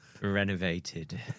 renovated